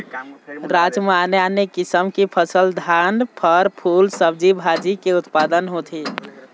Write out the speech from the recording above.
राज म आने आने किसम की फसल, धान, फर, फूल, सब्जी भाजी के उत्पादन होथे